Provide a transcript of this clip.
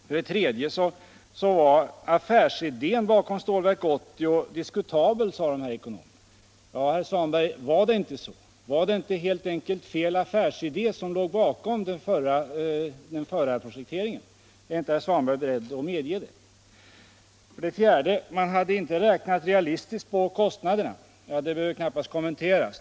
För det tredje var affärsidén bakom Stålverk 80 diskutabel, sade de här ekonomerna. Var det inte så, herr Svanberg? Var det inte helt enkelt fel affärsidé som låg bakom den förda projekteringen? Är inte herr Svanberg beredd att medge det? För det fjärde påstods att man inte hade räknat realistiskt på kostnaderna. Det behöver knappast kommenteras.